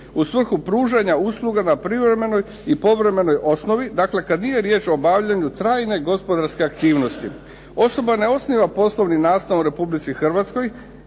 u svrhu pružanja usluga na privremenoj i povremenoj osnovi. Dakle, kad nije riječ o obavljanju trajne gospodarske aktivnosti. Osoba ne osniva poslovni nastan u Republici Hrvatskoj